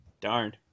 darn